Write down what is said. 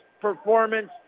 performance